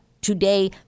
Today